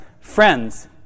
friends